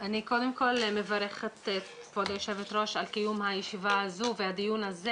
אני מברכת את כבוד היושב ראש על קיום הדיון הזה.